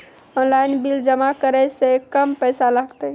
Online bill जमा करै से कम पैसा लागतै?